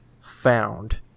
found